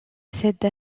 cette